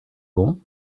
bon